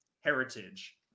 heritage